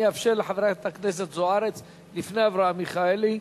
אאפשר לחברת הכנסת זוארץ לפני אברהם מיכאלי.